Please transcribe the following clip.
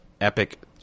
epic